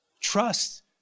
Trust